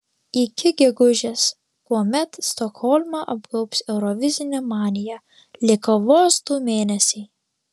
iki gegužės kuomet stokholmą apgaubs eurovizinė manija liko vos du mėnesiai